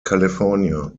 california